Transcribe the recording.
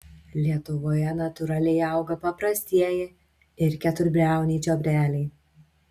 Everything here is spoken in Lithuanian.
lietuvoje natūraliai auga paprastieji ir keturbriauniai čiobreliai